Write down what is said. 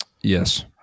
Yes